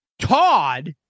Todd